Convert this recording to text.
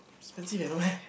expensive eh no meh